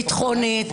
ביטחונית,